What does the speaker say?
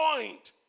point